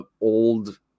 old